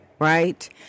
Right